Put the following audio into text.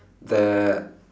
that